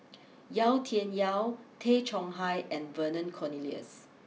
Yau Tian Yau Tay Chong Hai and Vernon Cornelius